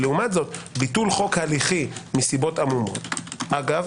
לעומת זאת ביטול חוק הליכי מסיבות עמומות - אגב